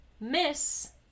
Miss